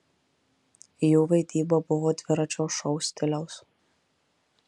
jų vaidyba buvo dviračio šou stiliaus